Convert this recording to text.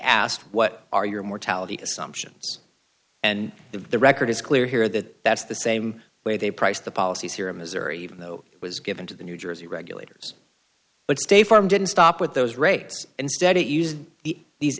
asked what are your mortality assumptions and the record is clear here that that's the same way they price the policies here in missouri even though it was given to the new jersey regulators but state farm didn't stop with those rates instead it used the